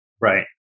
Right